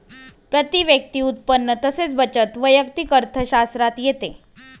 प्रती व्यक्ती उत्पन्न तसेच बचत वैयक्तिक अर्थशास्त्रात येते